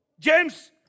James